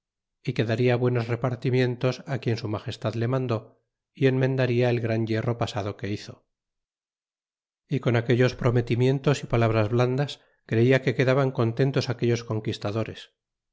que daria buenos repartimientos quien su magestad le mandó y enmendarla el gran yerro pasado que hizo y con aquellos prometimientos y palabras blandas creia que quedaban contentos aquellos conquistadores